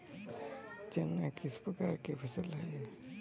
चना किस प्रकार की फसल है?